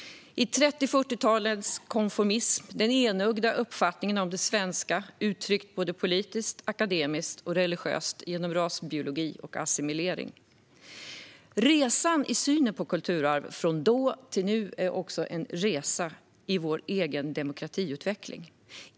I 30 till 40talens konformism kan vi se den enögda uppfattningen av det svenska uttryckt politiskt, akademiskt och religiöst i rasbiologi och assimilering. Resan i synen på kulturarv från då till nu är också en resa i vår egen demokratiutveckling.